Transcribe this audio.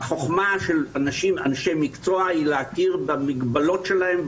החוכמה של אנשי מקצוע היא להכיר במגבלות שלהם,